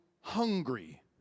hungry